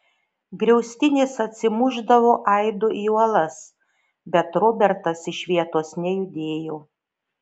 griaustinis atsimušdavo aidu į uolas bet robertas iš vietos nejudėjo